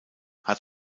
hat